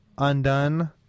Undone